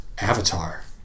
Avatar